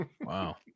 Wow